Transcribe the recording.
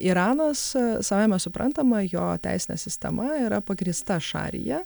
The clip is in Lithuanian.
iranas savaime suprantama jo teisinė sistema yra pagrįsta šarija